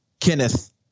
Kenneth